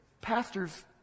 pastors